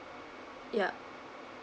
yup